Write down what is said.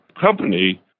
company